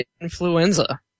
influenza